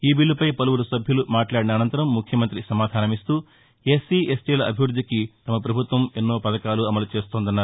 ఈబిల్లుపై పలువురు సభ్యులు మాట్లాడిన అనంతరం ముఖ్యమంత్రి సమాధానమిస్తాఎస్సీ ఎస్టీల అభివృద్దికి తమ పభుత్వం ఎన్నో పథకాలు అమలు చేస్తోందన్నారు